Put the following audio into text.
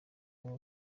bubi